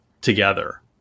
together